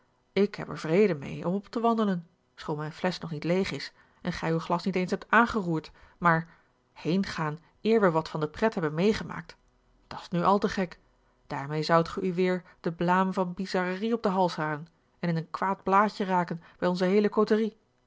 ik heb er vrede mee om op te wandelen schoon mijn flesch nog niet leeg is en gij uw glas niet eens hebt aangeroerd maar heengaan eer we wat van de pret hebben mee gemaakt dat's nu al te gek daarmee zoudt ge u weer de blaam van bizarrerie op den hals halen en in een kwaad blaadje raken bij onze heele côterie